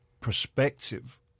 perspective